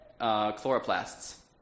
chloroplasts